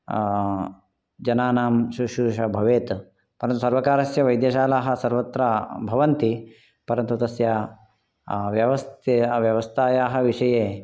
जनानां शुश्रूषा भवेत् परन्तु सर्वकारस्य वैद्यशालाः सर्वत्र भवन्ति परन्तु तस्य व्यवस्त व्यवस्थायाः विषये